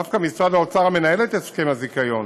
דווקא משרד האוצר, המנהל את הסכם הזיכיון,